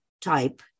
type